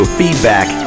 feedback